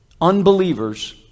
unbelievers